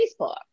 Facebook